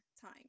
time